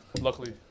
Luckily